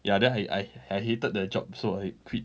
ya then I I I hated the job so I quit